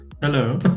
Hello